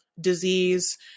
disease